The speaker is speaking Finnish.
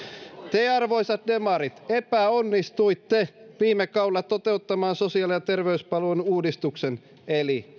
te arvoisat demarit epäonnistuitte viime kaudella toteuttamaan sosiaali ja terveyspalveluiden uudistuksen eli